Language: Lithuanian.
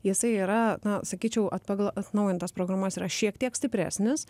jisai yra na sakyčiau at pagal atnaujintas programas yra šiek tiek stipresnis